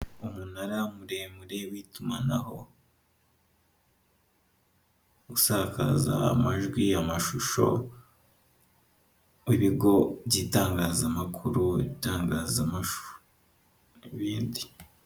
Umunara muremure w'itumanaho, usakaza amajwi, amashusho, w'ibigo by'itangazamakuru, ibitangazamashusho n'ibindi.